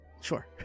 Sure